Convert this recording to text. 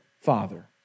father